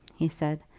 he said,